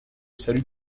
salut